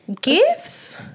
gifts